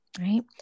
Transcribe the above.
right